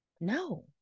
No